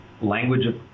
language